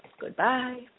Goodbye